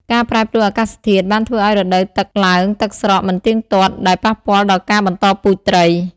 ការប្រែប្រួលអាកាសធាតុ បានធ្វើឱ្យរដូវទឹកឡើងទឹកស្រកមិនទៀងទាត់ ដែលប៉ះពាល់ដល់ការបន្តពូជត្រី។